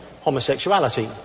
homosexuality